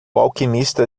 alquimista